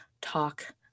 talk